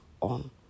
on